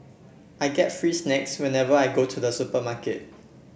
I get free snacks whenever I go to the supermarket